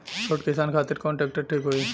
छोट किसान खातिर कवन ट्रेक्टर ठीक होई?